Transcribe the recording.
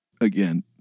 again